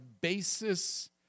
basis